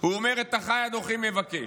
הוא אומר: "את אחי אנכי מבקש".